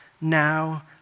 now